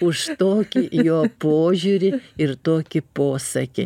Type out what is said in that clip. už tokį jo požiūrį ir tokį posakį